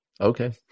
Okay